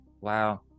Wow